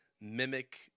mimic